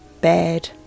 bad